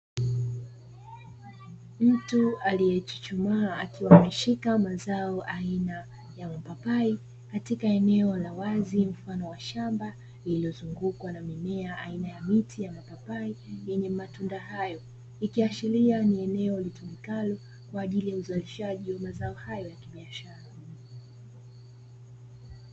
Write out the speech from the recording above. Mtu aliyechuchumaa akiwa ameshika mazao aina ya mapapai katika eneo la wazi mfano wa shamba lililozungukwa na mimea aina ya miti ya mapapai yenye matunda hayo ikiashiria ni eneo litumikalo kwa ajili ya uzalishaji wa mazao hayo ya kibiashara.